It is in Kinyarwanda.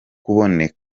kubonera